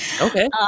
Okay